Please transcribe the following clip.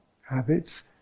habits